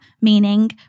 meaning